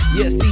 Yes